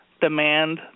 demand